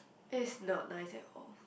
it's not nice at all